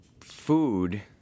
Food